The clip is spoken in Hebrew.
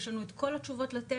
יש לנו את כל התשובות לתת.